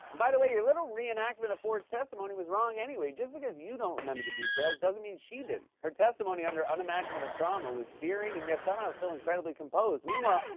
by the way, your little re-enactment of ford's testimony was wrong anyway. just because you don't remember the details doesn't mean she didn't. her testimony under unimaginable trauma was searing and yet somehow still incredibly composed. meanwhile,